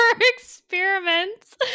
experiments